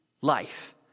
life